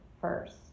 first